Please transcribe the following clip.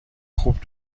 خوب